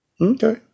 Okay